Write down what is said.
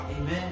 Amen